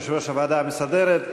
יושב-ראש הוועדה המסדרת.